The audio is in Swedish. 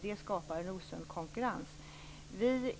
Det skapar en osund konkurrens.